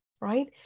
right